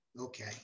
Okay